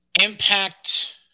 Impact